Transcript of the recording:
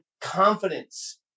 Confidence